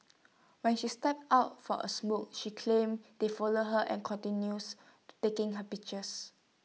when she stepped out for A smoke she claims they followed her and continuous to taking her pictures